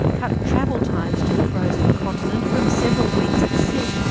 cut travel times to the frozen continent from several weeks at sea,